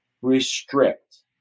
restrict